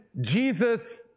Jesus